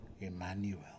Emmanuel